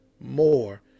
more